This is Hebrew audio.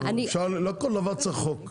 לא כל דבר צריך חוק.